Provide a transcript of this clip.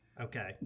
Okay